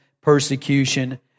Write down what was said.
persecution